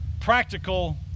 practical